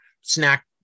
snack